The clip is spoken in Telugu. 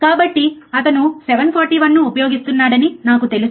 కాబట్టి అతను 741 ను ఉపయోగిస్తున్నాడని నాకు తెలుసు